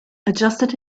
adjusted